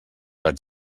raig